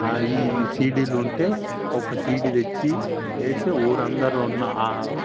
ఈ సీడీలు ఉంటే ఒక్క సీడీ తెచ్చి వేసి ఊరి అందరిలో ఉన్న